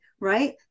right